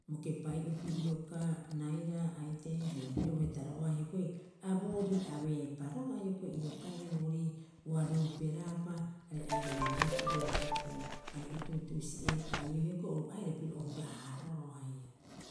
Bo kepai'opi iokaa rairaa aitee haia pirio bo hetaro'oa hioko'i a boorii abeepa roga'a hioko'i iokaire, borii ua ruuperaapa are airabaraeaa pirio bo okuu. Are o tuutuusi'eepa ii'oo hioko'i oru aira piro o hara- haaboroo haia.